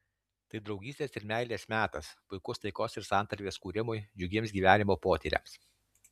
tai draugystės ir meilės metas puikus taikos ir santarvės kūrimui džiugiems gyvenimo potyriams